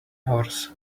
horse